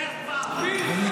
לך כבר.